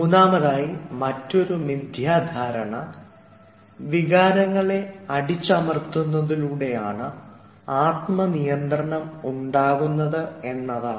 മൂന്നാമതായി മറ്റൊരു മിഥ്യാധാരണ വികാരങ്ങളെ അടിച്ചമർത്തുന്നതിലൂടെയാണ് ആത്മനിയന്ത്രണം ഉണ്ടാകുന്നത് എന്നാണ്